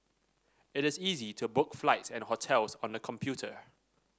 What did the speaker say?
it is easy to book flights and hotels on the computer